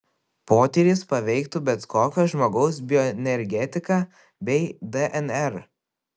potyris paveiktų bet kokio žmogaus bioenergetiką bei dnr